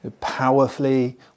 Powerfully